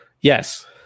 Yes